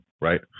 right